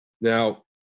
Now